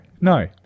No